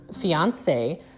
fiance